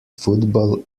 football